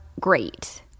great